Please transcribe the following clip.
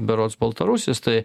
berods baltarusis tai